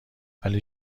ولی